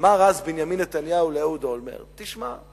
אמר אז בנימין נתניהו לאהוד אולמרט: תשמע,